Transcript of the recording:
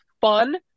fun